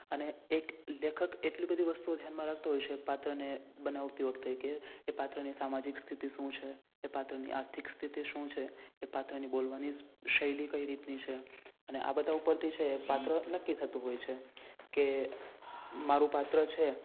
અને એક લેખક એટલી બધી વસ્તુઓ ધ્યાનમાં રાખતો હોય છે પાત્રને બનાવતી વખતે કે એ પાત્રની સામાજિક સ્થિતિ શું છે એ પાત્રની આર્થિક સ્થિતિ શું છે એ પાત્રની બોલવાની શ શૈલી કઈ રીતની છે અને આ બધા ઉપરથી જે પાત્ર નક્કી થતું હોય છે કે મારું પાત્ર છે